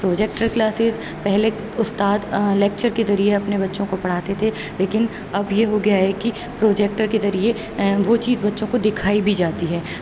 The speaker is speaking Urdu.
پروجیکٹر کلاسیز پہلے استاد لیکچر کے ذریعے اپنے بچوں کو پڑھاتے تھے لیکن اب یہ ہو گیا ہے کہ پروجیکٹر کے ذریعے وہ چیز بچوں کو دکھائی بھی جاتی ہے